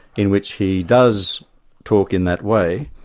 in which he does talk in that way,